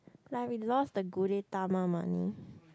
like we lost the Gudetama money